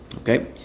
Okay